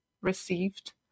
received